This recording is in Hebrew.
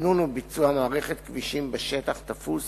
תכנון וביצוע מערכת כבישים בשטח תפוס